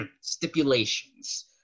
stipulations